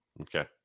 Okay